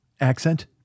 Accent